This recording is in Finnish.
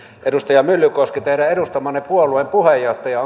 edustaja myllykoski teidän edustamanne puolueen puheenjohtaja